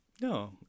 no